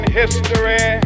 history